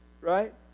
Right